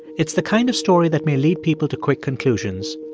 it's the kind of story that may lead people to quick conclusions.